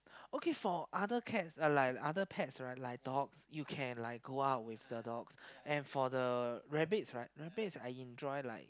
okay for other cats uh like other pets right like dogs you can like go out with the dogs and for the rabbits right rabbits I enjoy like